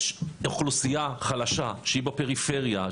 יש אוכלוסייה חלשה שהיא בפריפריה,